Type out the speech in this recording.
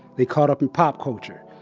they caught up in pop culture.